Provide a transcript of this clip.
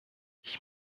ich